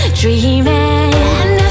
dreaming